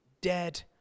dead